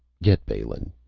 get balin.